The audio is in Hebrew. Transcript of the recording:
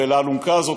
והאלונקה הזאת,